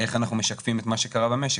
איך אנחנו משקפים את מה שקרה במשק,